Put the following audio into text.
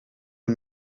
who